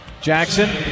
Jackson